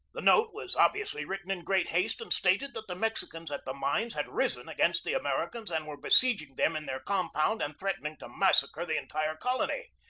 the note was ob viously written in great haste and stated that the mexicans at the mines had risen against the ameri cans and were besieging them in their compound and threatening to massacre the entire colony.